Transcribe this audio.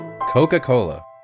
Coca-Cola